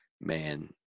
Man